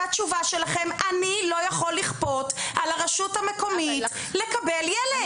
והתשובה שלכם: אנחנו לא יכולים לכפות על הרשות המקומית לקבל ילד.